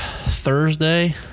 Thursday